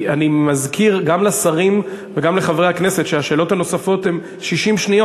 אני מזכיר גם לשרים וגם לחברי הכנסת שהשאלות הנוספות הן 60 שניות.